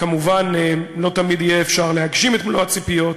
כמובן, לא תמיד יהיה אפשר להגשים את מלוא הציפיות,